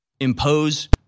impose –